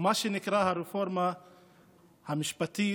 מה שנקרא הרפורמה המשפטית,